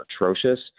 atrocious